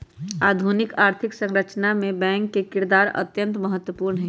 आधुनिक आर्थिक संरचना मे बैंक के किरदार अत्यंत महत्वपूर्ण हई